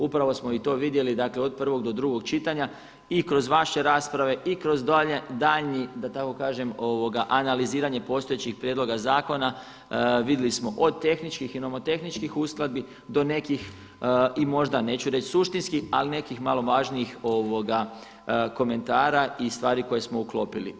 Upravo smo i to vidjeli, dakle, od prvog do drugog čitanja i kroz vaše rasprave i kroz daljnji da tako kažem analiziranje postojećih prijedloga zakona, vidjeli smo od tehničkih, imamo tehničkih uskladbi do nekih i možda neću reći suštinskih, ali nekih malo važnijih komentara i stvari koje smo uklopili.